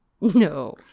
No